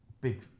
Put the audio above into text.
big